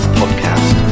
podcast